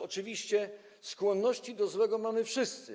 Oczywiście skłonności do złego mamy wszyscy.